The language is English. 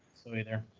so either.